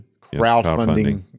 Crowdfunding